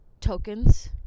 tokens